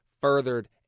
furthered